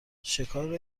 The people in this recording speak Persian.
شکار